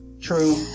True